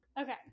Okay